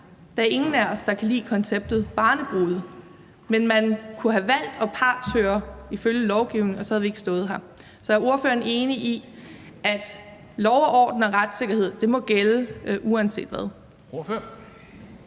Der er ingen af os, der kan lide konceptet barnebrude, men man kunne have valgt at partshøre ifølge lovgivningen, og så havde vi ikke stået her. Er ordføreren enig i, at lov og orden og retssikkerhed må gælde uanset hvad?